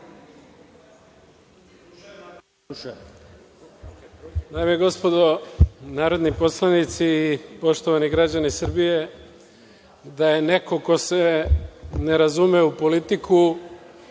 Dame i gospodo narodni poslanici, poštovani građani Srbije, da je neko ko se ne razume u politiku